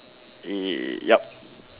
yup